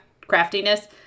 craftiness